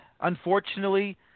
unfortunately